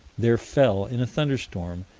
there fell, in a thunderstorm,